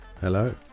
Hello